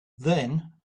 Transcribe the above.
then